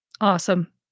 Awesome